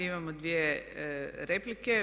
Imamo dvije replike.